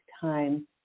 time